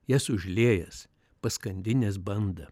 jas užliejęs paskandinęs bandą